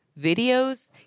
videos